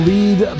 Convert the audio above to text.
Lead